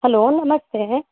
hello ನಮಸ್ತೇ